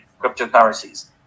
cryptocurrencies